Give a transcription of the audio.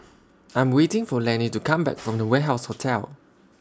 I'm waiting For Lanny to Come Back from The Warehouse Hotel